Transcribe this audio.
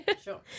sure